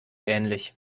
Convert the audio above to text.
ähnlich